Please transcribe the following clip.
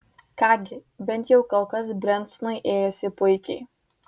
ką gi bent jau kol kas brensonui ėjosi puikiai